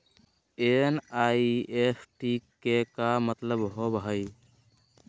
NEFT के का मतलव होव हई?